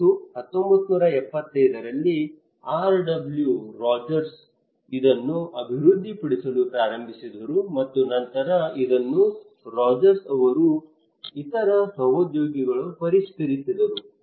ಮತ್ತು 1975 ರಲ್ಲಿ RW Rogers ಇದನ್ನು ಅಭಿವೃದ್ಧಿಪಡಿಸಲು ಪ್ರಾರಂಭಿಸಿದರು ಮತ್ತು ನಂತರ ಇದನ್ನು ರೋಜರ್ಸ್ ಅವರ ಇತರ ಸಹೋದ್ಯೋಗಿಗಳು ಪರಿಷ್ಕರಿಸಿದರು